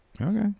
okay